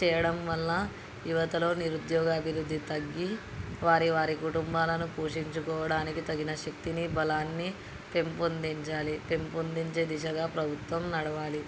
చేయడం వల్ల యువతలో నిరుద్యోగ అభివృద్ధి తగ్గి వారి వారి కుటుంబాలను పోషించుకోవడానికి తగిన శక్తిని బలాన్ని పెంపొందించాలి పెంపొందించే దిశగా ప్రభుత్వం నడవాలి